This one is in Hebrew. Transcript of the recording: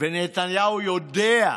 ונתניהו יודע,